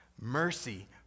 mercy